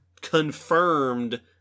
confirmed